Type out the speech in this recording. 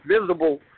visible